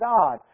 God